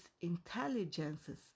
intelligences